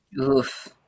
Oof